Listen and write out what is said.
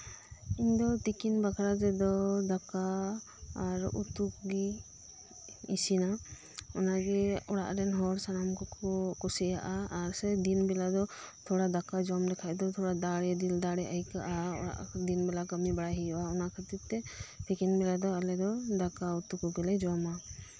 ᱤᱧ ᱫᱚ ᱛᱤᱠᱤᱱ ᱵᱟᱠᱷᱨᱟ ᱫᱟᱠᱟ ᱛᱮᱫᱚ ᱟᱨ ᱩᱛᱩ ᱠᱚᱜᱮ ᱤᱥᱤᱱᱟ ᱚᱱᱟᱜᱮ ᱚᱲᱟᱜ ᱨᱮᱱ ᱥᱟᱱᱟᱢ ᱠᱚᱠᱚ ᱠᱩᱥᱤᱭᱟᱜᱼᱟ ᱥᱮ ᱫᱤᱱ ᱵᱮᱲᱟ ᱫᱚ ᱛᱷᱚᱲᱟ ᱫᱟᱠᱟ ᱡᱚᱢ ᱞᱮᱠᱷᱟᱡ ᱫᱚ ᱫᱤᱞ ᱫᱟᱲᱮ ᱟᱭᱠᱟᱹᱜᱼᱟ ᱫᱤᱱ ᱵᱮᱞᱟ ᱠᱟᱹᱢᱤ ᱦᱩᱭᱩᱜᱼᱟ ᱚᱱᱟ ᱠᱷᱟᱹᱛᱤᱨ ᱛᱮ ᱛᱤᱠᱤᱱ ᱵᱮᱲᱟ ᱟᱞᱮ ᱫᱚ ᱫᱟᱠᱟ ᱩᱛᱩ ᱠᱚᱜᱮ ᱞᱮ ᱡᱚᱢᱼᱟ